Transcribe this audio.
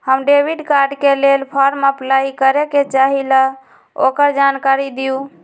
हम debit card के लेल फॉर्म अपलाई करे के चाहीं ल ओकर जानकारी दीउ?